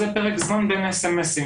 איזה פרק זמן בין האס.אמ.אסים.